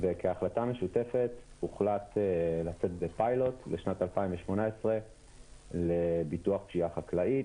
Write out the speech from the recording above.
וכהחלטה משותפת הוחלט לצאת בפיילוט בשנת 2018 לביטוח פשיעה חקלאית.